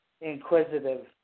inquisitive